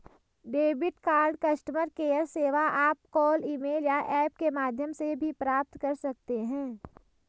debit card customer care सेवा आप call email या ऐप के माध्यम से भी प्राप्त कर सकते हैं